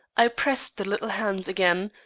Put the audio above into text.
i pressed the little hand again,